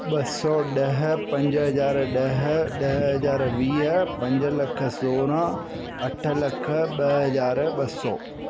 ॿ सौ ॾह पंज हज़ार ॾह ॾह हज़ार वीह पंज लख सोरहं अठ लख ॿ हज़ार ॿ सौ